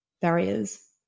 barriers